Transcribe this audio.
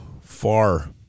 far